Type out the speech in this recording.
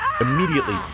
Immediately